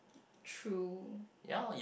true